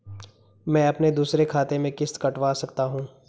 मैं अपने दूसरे खाते से किश्त कटवा सकता हूँ?